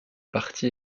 parti